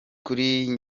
kuri